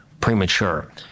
premature